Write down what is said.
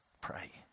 Pray